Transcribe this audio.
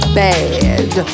bad